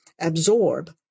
absorb